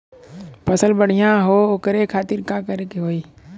फसल बढ़ियां हो ओकरे खातिर का करे के होई?